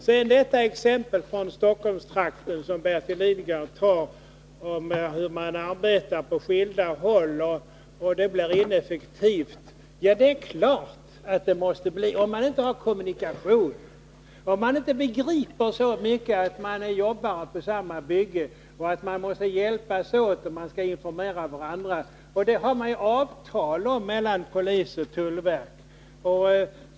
Bertil Lidgard tar som exempel hur man i Stockholmstrakten arbetar på skilda håll så att det blir ineffektivt. Ja, det är klart att det måste bli ineffektivt om man inte har kommunikationer — om man inte begriper så mycket, att man är jobbare på samma bygge, att man måste hjälpas åt och att man skall informera varandra. Det har man avtal om mellan polis och tullverk.